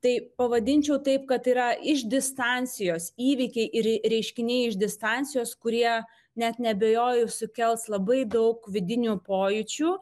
tai pavadinčiau taip kad yra iš distancijos įvykiai ir reiškiniai iš distancijos kurie net neabejoju sukels labai daug vidinių pojūčių